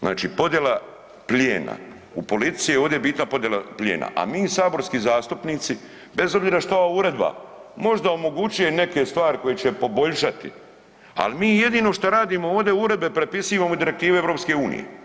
Znači podjela plijena u politici je ovdje bitna podjela plijena, a mi saborski zastupnici bez obzira što ova uredba možda omogućuje neke stvari koje će poboljšati, ali mi jedino što radimo ovdje uredbe prepisivamo i direktive EU.